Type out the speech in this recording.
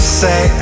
say